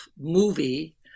movie